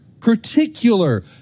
particular